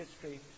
history